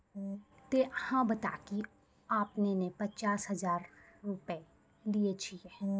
ते अहाँ बता की आपने ने पचास हजार रु लिए छिए?